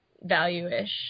value-ish